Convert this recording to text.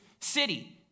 city